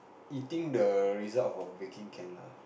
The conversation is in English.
eating the result of baking can lah